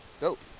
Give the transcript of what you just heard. Dope